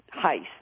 heist